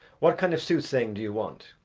what kind of soothsaying do you want?